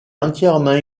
entièrement